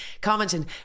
commenting